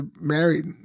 married